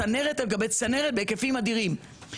צנרת על גבי צנרת, בהיקפים אדירים.